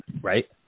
Right